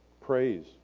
Praise